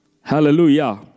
Hallelujah